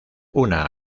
una